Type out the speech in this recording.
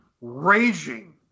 raging